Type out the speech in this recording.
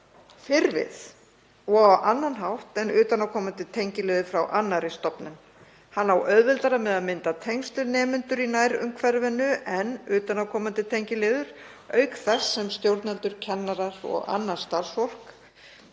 fyrr við og á annan hátt en utanaðkomandi tengiliðir frá annarri stofnun. Hann á auðveldara með að mynda tengsl við nemendur í nærumhverfinu en utanaðkomandi tengiliður, auk þess sem stjórnendur, kennarar og annað starfsfólk